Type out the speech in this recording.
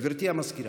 גברתי המזכירה.